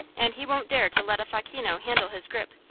and he won't dare to let a facchino handle his grip.